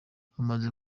amaze